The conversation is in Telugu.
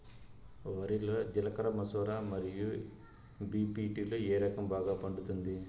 వరి లో జిలకర మసూర మరియు బీ.పీ.టీ లు ఏ రకం బాగా పండుతుంది